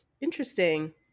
interesting